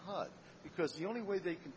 hard because the only way they can